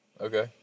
Okay